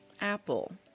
Apple